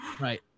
Right